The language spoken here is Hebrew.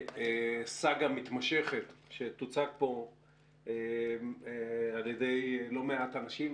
סאגה מתמשכת שתוצג פה על ידי לא מעט אנשים.